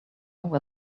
where